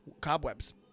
cobwebs